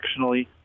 directionally